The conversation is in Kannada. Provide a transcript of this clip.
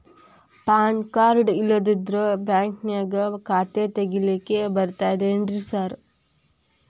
ಪಾನ್ ಕಾರ್ಡ್ ಇಲ್ಲಂದ್ರ ಬ್ಯಾಂಕಿನ್ಯಾಗ ಖಾತೆ ತೆಗೆಲಿಕ್ಕಿ ಬರ್ತಾದೇನ್ರಿ ಸಾರ್?